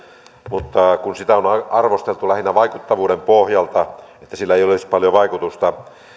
mutta kun sitä on arvosteltu lähinnä vaikuttavuuden pohjalta että sillä ei olisi paljoa vaikutusta